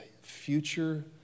future